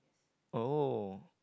oh